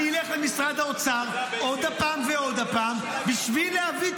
אני אלך למשרד האוצר עוד פעם ועוד פעם בשביל להביא,